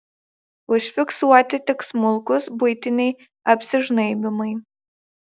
užfiksuoti tik smulkūs buitiniai apsižnaibymai